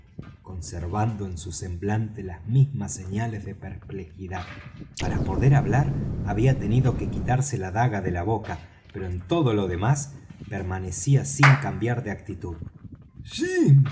conservando en su semblante las mismas señales de perplejidad para poder hablar había tenido que quitarse la daga de la boca pero en todo lo demás permanecía sin cambiar de actitud